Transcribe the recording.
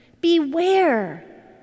Beware